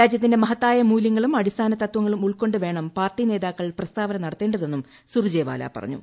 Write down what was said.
രാജ്യത്തിന്റെ മഹത്തായ മൂലൃങ്ങളും അടിസ്ഥാന തത്വങ്ങളും ഉൾക്കൊണ്ട് വേണം പാർട്ടി നേതാക്കൾ പ്രസ്താവന നടത്തേണ്ടതെന്നും സുർജെവാല പറഞ്ഞു